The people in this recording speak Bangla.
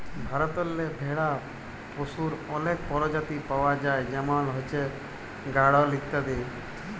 ভারতেল্লে ভেড়া পশুর অলেক পরজাতি পাউয়া যায় যেমল হছে গাঢ়ল ইত্যাদি